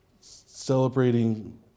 celebrating